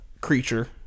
creature